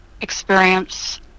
experience